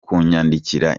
kunyandikira